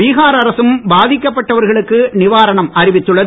பீகார் அரசும் பாதிக்கப்பட்டவர்களுக்கு நிவாரணம் அறிவித்துள்ளது